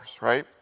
right